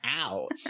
out